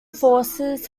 forces